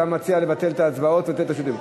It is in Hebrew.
אתה מציע לבטל את ההצבעות ולתת רשות דיבור.